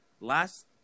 Last